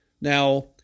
Now